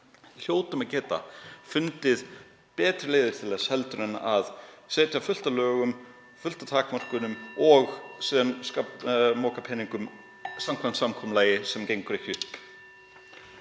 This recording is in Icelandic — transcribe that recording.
hljótum að geta fundið betri leiðir til þess en að setja fullt af lögum, fullt af takmörkunum og moka síðan peningum samkvæmt samkomulagi sem gengur ekki upp.